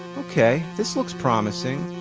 ok, this looks promising,